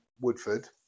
Woodford